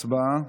הצבעה.